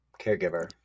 Caregiver